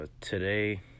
today